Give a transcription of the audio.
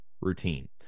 routine